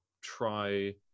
try